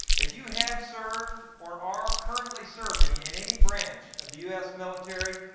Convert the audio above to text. if you have served or are currently serving in any branch of the us military,